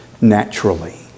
naturally